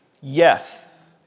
Yes